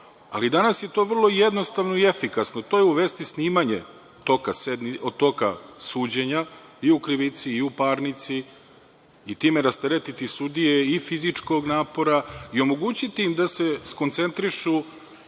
ali danas je to vrlo jednostavno i efikasno. To je uvesti snimanje toka suđenja i u krivici i u parnici i time rasteretiti sudije i fizičkog napora i omogućiti im da se skoncentrišu